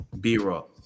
B-roll